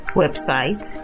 website